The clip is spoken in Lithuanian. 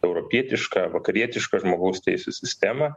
europietišką vakarietišką žmogaus teisių sistemą